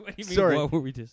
Sorry